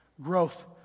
growth